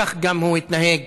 כך הוא התנהג